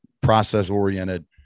process-oriented